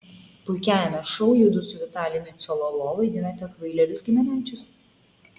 puikiajame šou judu su vitalijumi cololo vaidinate kvailelius giminaičius